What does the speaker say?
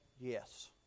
Yes